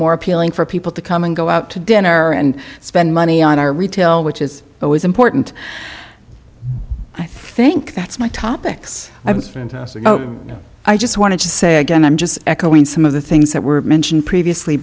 more appealing for people to come and go out to dinner and spend money on our retail which is what was important i think that's my topics i just wanted to say again i'm just echoing some of the things that were mentioned previously